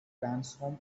transform